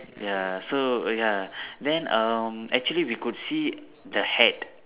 ya so ya then um actually we could see the hat